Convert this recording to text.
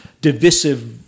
divisive